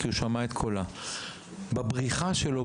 כי הוא שמע את קולה בבריחה שלו,